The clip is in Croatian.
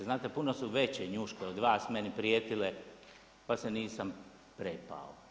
Znate puno su veće njuške od meni prijetile pa se nisam prepao.